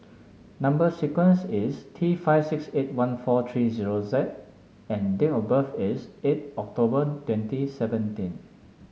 number sequence is T five six eight one four three zero Z and date of birth is eight October twenty seventeen